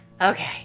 okay